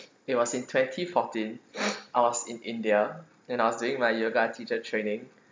it was in twenty fourteen I was in india and I was doing my yoga teacher training